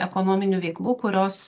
ekonominių veiklų kurios